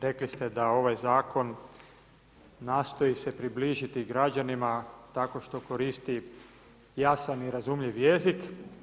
Rekli ste da ovaj zakon, nastoji se približiti građanima, tako da koristi jasan i razumljiv jezik.